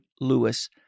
Lewis